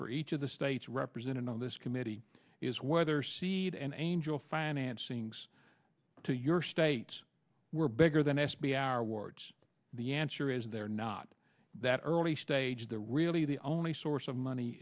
for each of the states represented on this committee is whether seed and angel financings to your states were bigger than s b r wards the answer is they're not that early stage they're really the only source of money